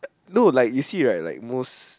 no like you see right like most